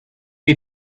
you